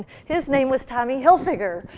his name was tommy hilfiger,